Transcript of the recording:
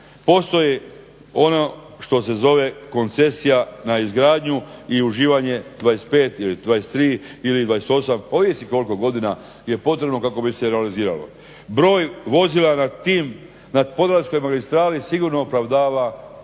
Postoji ono što se zove koncesija na izgradnju i uživanje 25 ili 23 ili 28 ovisi koliko godina je potrebno kako bi se realiziralo. Broj vozila na tim, na Podravskoj magistrali sigurno opravdava da